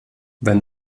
wenn